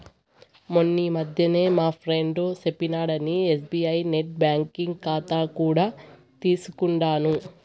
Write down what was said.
మొన్నీ మధ్యనే మా ఫ్రెండు సెప్పినాడని ఎస్బీఐ నెట్ బ్యాంకింగ్ కాతా కూడా తీసుకుండాను